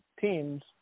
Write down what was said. teams